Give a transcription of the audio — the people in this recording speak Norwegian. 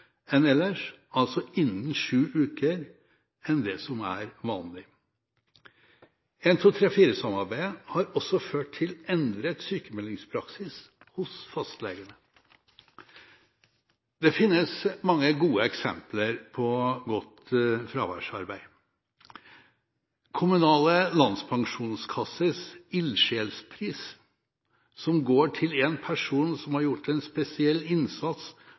altså innen sju uker – enn det som er vanlig. 1-2-3-4-samarbeidet har også ført til endret sykmeldingspraksis hos fastlegene. Det finnes mange gode eksempler på godt fraværsarbeid. Kommunal Landspensjonskasses ildsjelspris – som går til en person som har gjort en spesiell innsats